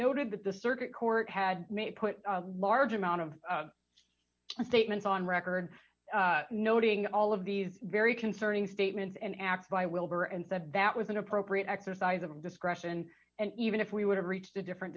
noted that the circuit court had made put a large amount of statements on record noting all of these very concerning statements and acts by wilbur and that that was an appropriate exercise of discretion and even if we would have reached a different